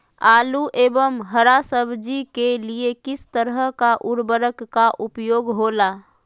आलू एवं हरा सब्जी के लिए किस तरह का उर्वरक का उपयोग होला?